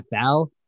NFL